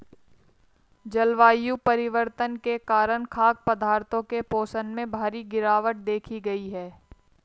जलवायु परिवर्तन के कारण खाद्य पदार्थों के पोषण में भारी गिरवाट देखी गयी है